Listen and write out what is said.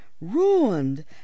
ruined